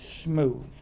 smooth